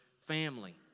family